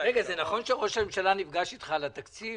נכון שראש הממשלה נפגש אתך על התקציב?